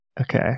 Okay